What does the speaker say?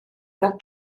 fel